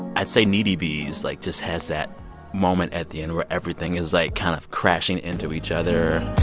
i'd say needy bees, like, just has that moment at the end where everything is, like, kind of crashing into each other